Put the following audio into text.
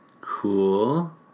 Cool